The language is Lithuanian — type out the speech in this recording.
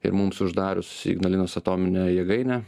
ir mums uždarius ignalinos atominę jėgainę